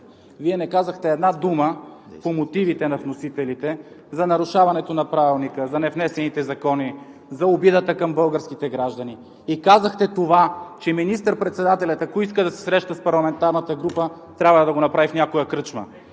Вие не казахте една дума по мотивите на вносителите за нарушаването на Правилника, за невнесените закони, за обидата към българските граждани. Казахте това, че министър-председателят, ако иска да се срещне с парламентарната група, трябва да го направи в някоя кръчма.